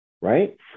right